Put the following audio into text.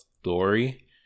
story